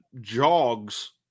jogs